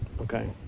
Okay